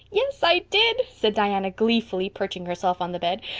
yes, i did, said diana gleefully, perching herself on the bed.